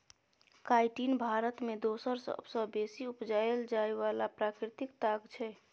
chitin Bharat मे दोसर सबसँ बेसी उपजाएल जाइ बला प्राकृतिक ताग छै